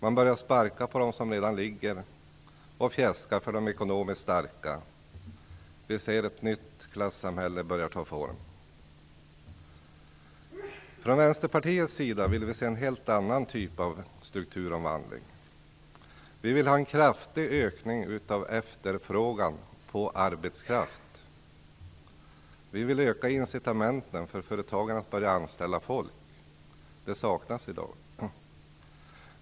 Man börjar sparka på dem som redan ligger och fjäskar för de ekonomiskt starka. Vi ser ett nytt klassamhälle börja ta form. Från Vänsterpartiets sida vill vi se en helt annan typ av strukturomvandling. Vi vill ha en kraftig ökning av efterfrågan på arbetskraft. Vi vill öka incitamenten för företagen att börja anställa folk - de saknas i dag.